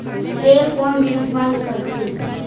तेल कोन बीज मा निकलथे?